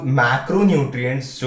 macronutrients